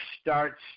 starts